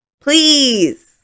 Please